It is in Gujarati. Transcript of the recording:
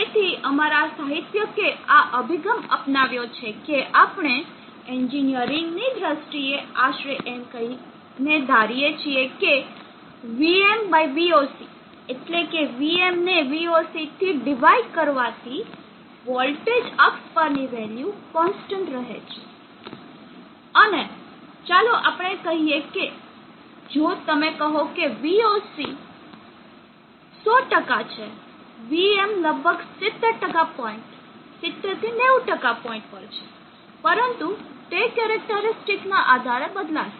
તેથી અમારા સાહિત્યિકે આ અભિગમ અપનાવ્યો છે કે આપણે એન્જિનિયરિંગની દ્રષ્ટિએ આશરે એમ કહીને ધારીએ છીએ કે vm બાય voc એટલે કે vm ને voc થી ડિવાઈડ કરવાથી વોલ્ટેજ અક્ષ પરની વેલ્યુ કોન્સ્ટન્ટ રહે છે અને ચાલો આપણે કહીએ કે જો તમે કહો કે voc 100 છે vm લગભગ 70 પોઇન્ટ પોઇન્ટ પર છે પરંતુ તે કેરેક્ટરીસ્ટીક ના આધારે બદલાશે